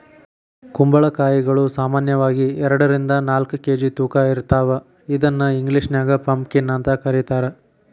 ಕುಂಬಳಕಾಯಿಗಳು ಸಾಮಾನ್ಯವಾಗಿ ಎರಡರಿಂದ ನಾಲ್ಕ್ ಕೆ.ಜಿ ತೂಕ ಇರ್ತಾವ ಇದನ್ನ ಇಂಗ್ಲೇಷನ್ಯಾಗ ಪಂಪಕೇನ್ ಅಂತ ಕರೇತಾರ